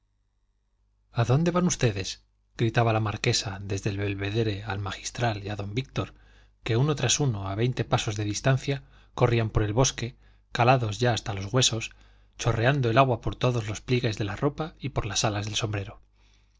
adónde van ustedes gritaba la marquesa desde el belvedere al magistral y a don víctor que uno tras otro a veinte pasos de distancia corrían por el bosque calados ya hasta los huesos chorreando el agua por todos los pliegues de la ropa y por las alas del sombrero